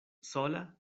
sola